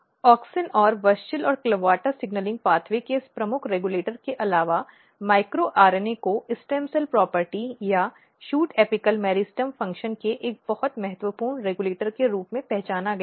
auxin और WUSCHEL और CLAVATA signalling मार्ग के इस प्रमुख रेगुलेटर के अलावा माइक्रो आरएनए को स्टेम सेल प्रॉपर्टी या शूट एपिकल मेरिस्टेम फ़ंक्शन के एक बहुत महत्वपूर्ण रेगुलेटर के रूप में पहचाना गया है